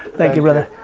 thank you, brother.